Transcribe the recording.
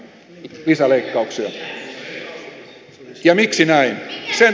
ja miksi näin